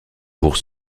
pour